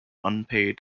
unpaid